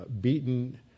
beaten